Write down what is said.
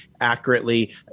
accurately